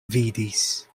vidis